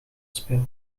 speelt